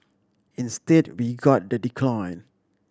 instead we got the decline